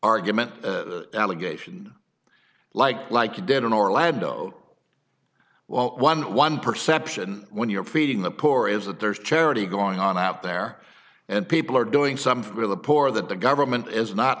argument allegation like like you did in orlando well one one perception when you're feeding the poor is that there is charity going on out there and people are doing something for the poor that the government is not